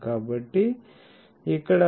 కాబట్టి ఇక్కడ 1